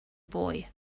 boy